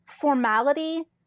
formality